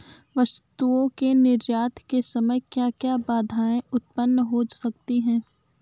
वस्तुओं के निर्यात के समय क्या क्या बाधाएं उत्पन्न हो सकती हैं?